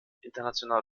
international